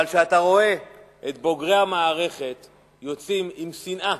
אבל כשאתה רואה את בוגרי המערכת יוצאים עם שנאה